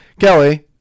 Kelly